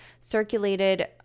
circulated